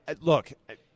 Look